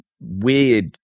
weird